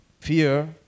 fear